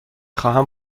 خواهم